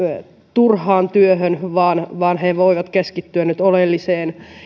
turhaan työhön vaan vaan he voivat keskittyä nyt oleelliseen